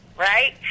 Right